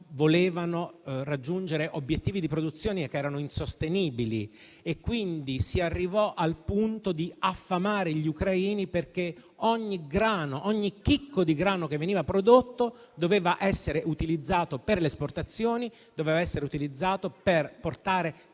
volevano raggiungere obiettivi di produzione che erano insostenibili. Si arrivò, quindi, al punto di affamare gli ucraini, in quanto ogni chicco di grano che veniva prodotto doveva essere utilizzato per le esportazioni, per essere tramutato in soldi